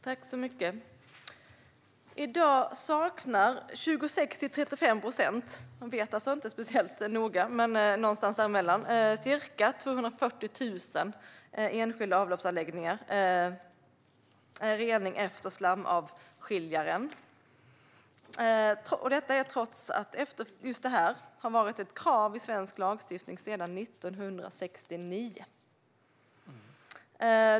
Fru talman! I dag saknar 26-35 procent av de enskilda avloppsanläggningarna - man vet alltså inte exakt - eller ca 240 000 enskilda avloppsanläggningar rening efter slamavskiljaren, trots att detta har varit ett krav i svensk lagstiftning sedan 1969.